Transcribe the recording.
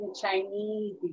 Chinese